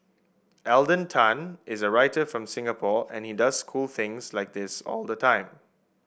Alden Tan is a writer from Singapore and he does cool things like that all the time